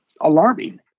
alarming